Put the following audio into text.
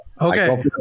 Okay